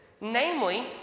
Namely